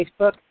Facebook